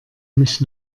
mich